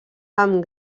amb